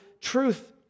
truth